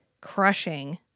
crushing